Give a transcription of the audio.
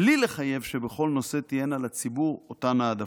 בלי לחייב שבכל נושא תהיינה לציבור אותן העדפות.